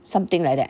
something like that